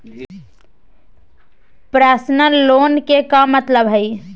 Personal loan के का मतलब हई?